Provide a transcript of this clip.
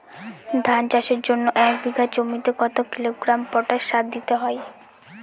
ধান চাষের জন্য এক বিঘা জমিতে কতো কিলোগ্রাম পটাশ সার দিতে হয়?